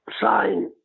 sign